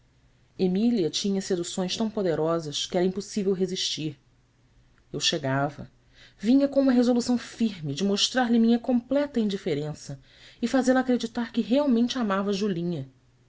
emília tinha seduções tão poderosas que era impossível resistir eu chegava vinha com uma resolução firme de mostrar-lhe minha completa indiferença e fazê-la acreditar que realmente amava julinha